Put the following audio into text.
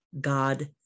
God